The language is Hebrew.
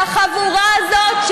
לחבורה הזאת,